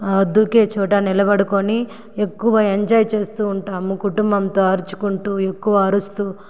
దూకే చోట నిలబడుకొని ఎక్కువ ఎంజాయ్ చేస్తు ఉంటాము కుటుంబంతో అరుచుకుంటు ఎక్కువ అరుస్తు